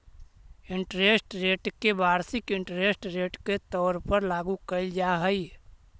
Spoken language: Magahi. इंटरेस्ट रेट के वार्षिक इंटरेस्ट रेट के तौर पर लागू कईल जा हई